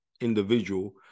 individual